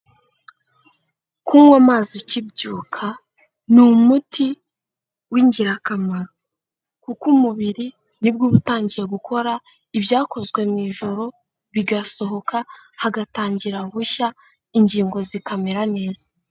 Kunywa amazi ukibyuka ni umuti w'ingirakamaro, kuko umubiri nibwo utangiye gukora ibyakozwe mu ijoro bigasohoka hagatangira bushya, ingingo zikamera neza.